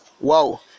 Wow